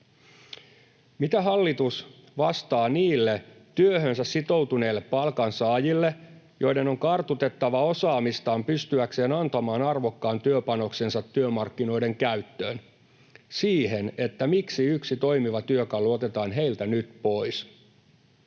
Mitä hallitus vastaa niille työhönsä sitoutuneille palkansaajille — joiden on kartutettava osaamistaan pystyäkseen antamaan arvokkaan työpanoksensa työmarkkinoiden käyttöön — siihen, miksi yksi toimiva työkalu otetaan heiltä nyt pois?